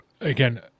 again